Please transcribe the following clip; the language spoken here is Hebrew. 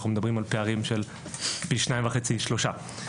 אנחנו מדברים על פערים של פי שניים וחצי עד שלושה.